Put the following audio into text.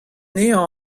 anezhañ